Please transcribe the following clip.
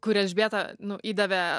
kur elžbieta nu įdavė